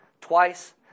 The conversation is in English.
twice